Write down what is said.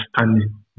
understanding